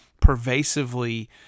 pervasively